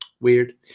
Weird